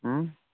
हँ